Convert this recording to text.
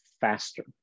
faster